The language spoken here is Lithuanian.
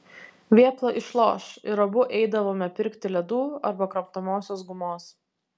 vėpla išloš ir abu eidavome pirkti ledų arba kramtomosios gumos